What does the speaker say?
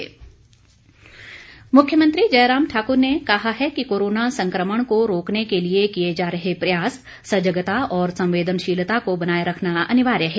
मुख्यमंत्री मुख्यमंत्री जयराम ठाक्र ने कहा है कि कोरोना संकमण को रोकने के लिए किए जा रहे प्रयास सजगता और संवेदनशीलता को बनाए रखना अनिवार्य है